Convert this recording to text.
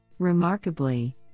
Remarkably